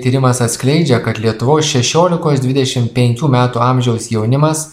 tyrimas atskleidžia kad lietuvos šešiolikos dvidešim penkių metų amžiaus jaunimas